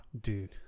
Dude